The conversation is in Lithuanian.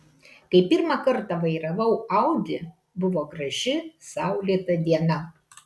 kai pirmą kartą vairavau audi buvo graži saulėta diena